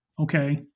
Okay